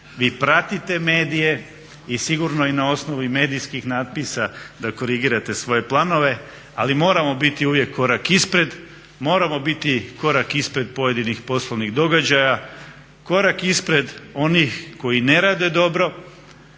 vi pratite medije i sigurno i na osnovu i medijskih natpisa da korigirate svoje planove ali moram biti uvijek korak ispred, moramo biti korak ispred pojedinih poslovnih događaj, korak ispred onih koji ne rade dobro,